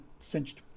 cinched